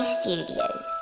Studios